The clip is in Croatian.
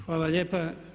Hvala lijepa.